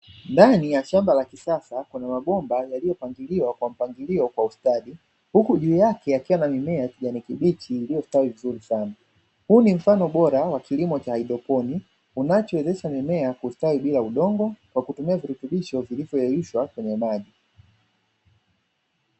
Ndani ya shamba la kisasa kuna mabomba yaliyopangiliwa kwa mpangilio kwa ustadi huku juu yake yakiwa na mimea ya kijani kibichi iliyostawi vizuri sana. Huu ni mfano bora wa kilimo cha haidroponi unaowezesha mimea kustawi bila udongo kwa kutumia virutubisho vilivyoyeyushwa kwenye maji.